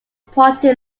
party